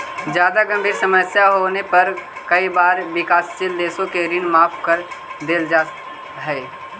जादा गंभीर समस्या होने पर कई बार विकासशील देशों के ऋण माफ कर देल जा हई